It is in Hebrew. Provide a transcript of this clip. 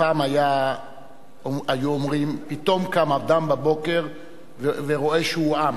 פעם היו אומרים: פתאום קם אדם בבוקר ורואה שהוא עם.